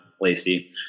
Lacey